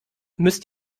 müsst